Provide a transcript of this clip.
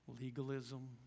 Legalism